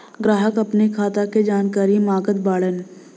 ग्राहक अपने खाते का जानकारी मागत बाणन?